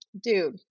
Dude